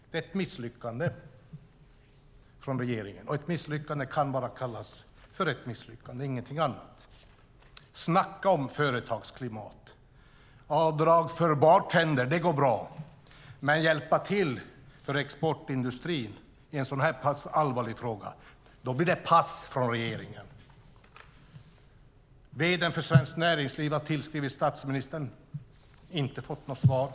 Det är ett misslyckande av regeringen. Ett misslyckande kan bara kallas för ett misslyckande, ingenting annat. Snacka om företagsklimat! Avdrag för bartender går bra, men när det gäller att hjälpa exportindustrin i en så här allvarlig fråga blir det pass från regeringen. Vd:n för Svenskt Näringsliv har tillskrivit statsministern, men inte fått något svar.